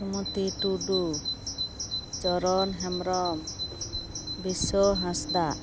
ᱥᱩᱢᱚᱛᱤ ᱴᱩᱰᱩ ᱪᱚᱨᱚᱱ ᱦᱮᱢᱵᱨᱚᱢ ᱵᱤᱥᱥᱚ ᱦᱟᱸᱥᱫᱟᱜ